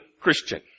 Christian